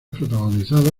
protagonizado